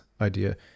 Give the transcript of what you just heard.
idea